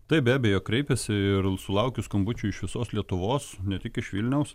taip be abejo kreipėsi ir sulaukiu skambučių iš visos lietuvos ne tik iš vilniaus